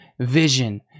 vision